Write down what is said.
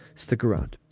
stick around